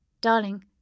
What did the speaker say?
Darling